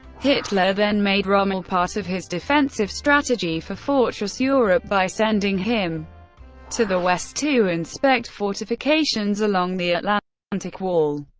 hitler then made rommel part of his defensive strategy for fortress europe by sending him to the west to inspect fortifications along the atlantic wall.